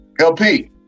LP